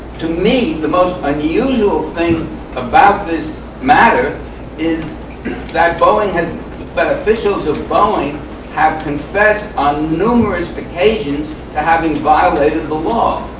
to me, the most unusual thing about this matter is boeing has that officials of boeing have confessed on numerous occasions to having violated the law.